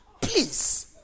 Please